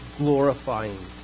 glorifying